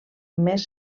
més